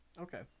Okay